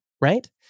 Right